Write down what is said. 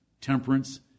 temperance